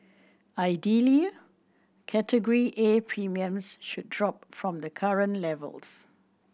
ideally Category A premiums should drop from the current levels